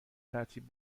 ترتیب